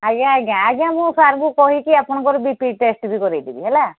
ଆଜ୍ଞା ଆଜ୍ଞା ଆଜ୍ଞା ମୁଁ ସାର୍ଙ୍କୁ କହିକି ଆପଣଙ୍କର ବି ପି ଚେଷ୍ଟ୍ ବି କରେଇ ଦେବି ହେଲା